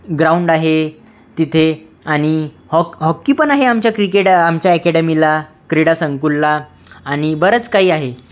ground आहे तिथे आणि हॉक हॉकी पण आहे आमच्या क्रिकेट आमच्या अकॅडमीला क्रीडासंकुलला आणि बरंच काही आहे